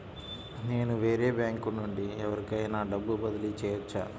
నేను వేరే బ్యాంకు నుండి ఎవరికైనా డబ్బు బదిలీ చేయవచ్చా?